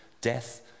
Death